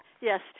Yes